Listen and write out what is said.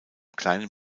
kleinen